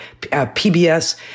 PBS